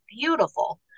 beautiful